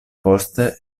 poste